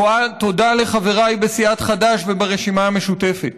תודה לחבריי בסיעת חד"ש וברשימה המשותפת.